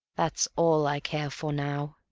that's all i care for now.